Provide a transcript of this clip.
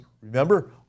Remember